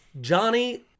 Johnny